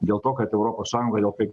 dėl to kad europos sąjunga dėl kaip